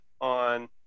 on